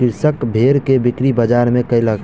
कृषक भेड़ के बिक्री बजार में कयलक